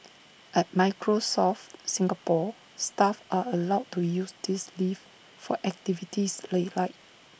at Microsoft Singapore staff are allowed to use this leave for activities they like